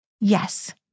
Yes